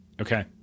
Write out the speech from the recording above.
Okay